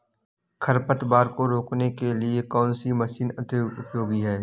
खरपतवार को रोकने के लिए कौन सी मशीन अधिक उपयोगी है?